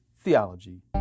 Theology